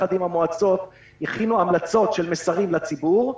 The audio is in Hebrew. ביחד עם המועצות הכינו המלצות של מסרים לציבור,